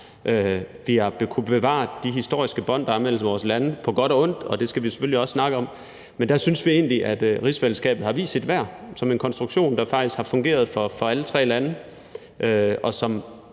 vi har kunnet bevare de historiske bånd, der er mellem vores lande – på godt og ondt – og det skal vi selvfølgelig også snakke om. Men der synes vi egentlig, at rigsfællesskabet har vist sit værd som en konstruktion, der faktisk har fungeret for alle tre lande, og som